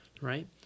right